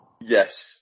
Yes